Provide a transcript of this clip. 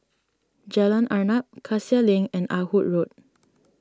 Jalan Arnap Cassia Link and Ah Hood Road